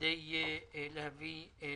כדי להביא לפתרונו.